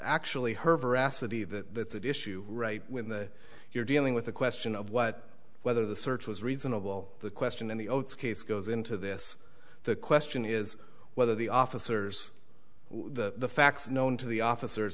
actually her veracity that that issue right when the you're dealing with the question of what whether the search was reasonable the question in the oats case goes into this the question is whether the officers the facts known to the officers